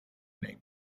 name